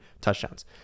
touchdowns